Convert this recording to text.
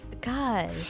God